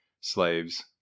slaves